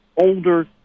older